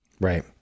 Right